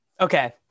Okay